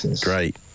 great